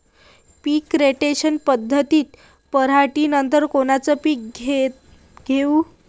पीक rotation पद्धतीत पराटीनंतर कोनचे पीक घेऊ?